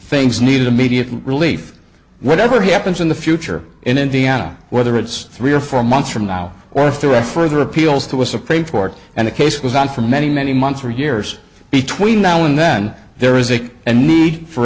things need immediate relief whatever happens in the future in indiana whether it's three or four months from now or through a further appeals to a supreme court and a case was on for many many months or years between now and then there is a need for